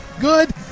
good